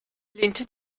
lehnte